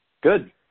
Good